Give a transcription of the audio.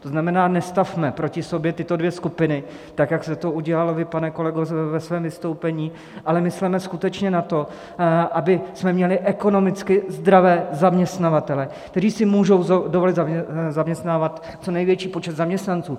To znamená, nestavme proti sobě tyto dvě skupiny, tak jak jste to udělal vy, pane kolego, ve svém vystoupení, ale mysleme skutečně na to, abychom měli ekonomicky zdravé zaměstnavatele, které si můžou dovolit zaměstnávat co největší počet zaměstnanců.